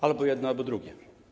Albo jedno, albo drugie.